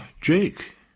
Jake